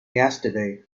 yesterday